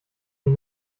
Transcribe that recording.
ihm